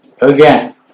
Again